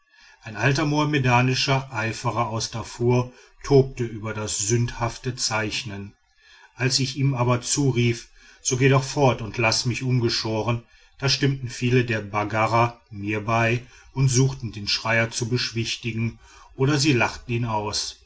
ein alter mohammedanischer eiferer aus darfur tobte über das sündhafte zeichnen als ich ihm aber zurief so geh doch fort und laß mich ungeschoren da stimmten viele der baggara mir bei und suchten den schreier zu beschwichtigen oder sie lachten ihn aus